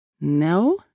No